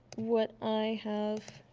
what i have